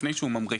לפני שהוא ממריא,